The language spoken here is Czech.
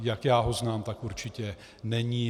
Jak já ho znám, tak určitě není.